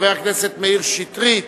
חבר הכנסת מאיר שטרית,